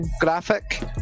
graphic